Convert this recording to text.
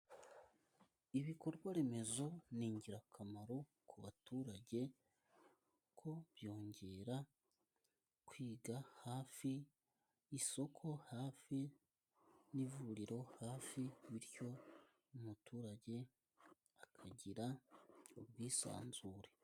Ibikorwa remezo ni ingirakamaro ku baturage, kuko byongera kwiga hafi, isoko hafi n'ivuriro hafi, bityo umuturage akagira ubwisanzure.